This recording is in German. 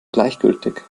gleichgültig